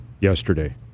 yesterday